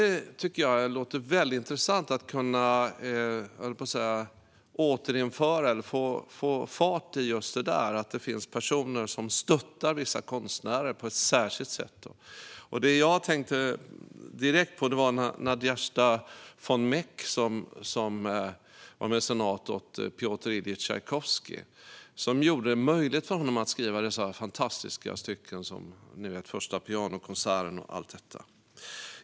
Jag tycker att det låter väldigt intressant att kunna återinföra, höll jag på att säga, eller få fart på att det finns personer som stöttar vissa konstnärer på ett särskilt sätt. Jag tänkte direkt på Nadezjda von Meck, som var mecenat åt Pjotr Iljitj Tjajkovskij och gjorde det möjligt för honom att skriva fantastiska stycken som Pianokonsert nr 1.